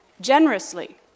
generously